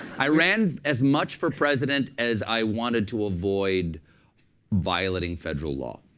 i ran as much for president as i wanted to avoid violating federal law.